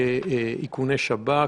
באיכוני שב"כ.